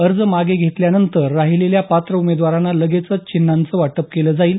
अर्ज मागे घेतल्यानंतर राहीलेल्या पात्र उमेदवारांना लगेचच चिन्हांचं वाटप केलं जाईल